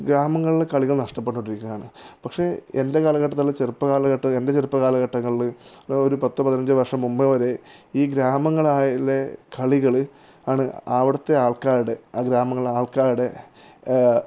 ഗ്രാമങ്ങളിലെ കളികൾ നഷ്ടപ്പെട്ടുകൊണ്ടിരിക്കുകയാണ് പക്ഷെ എൻ്റെ കാലഘട്ടത്തില് ചെറുപ്പ കാലഘട്ട എൻ്റെ ചെറുപ്പ കാലഘട്ടങ്ങളില് ഒരു പത്ത് പതിനഞ്ച് വർഷം മുമ്പേ വരെ ഈ ഗ്രാമങ്ങളായിലെ കളികളാണ് അവിടുത്തെ ആൾക്കാരുടെ ആ ഗ്രാമങ്ങളിലുള്ള ആൾക്കാരുടെ